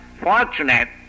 fortunate